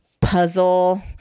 puzzle